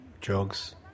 drugs